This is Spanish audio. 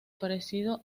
parecido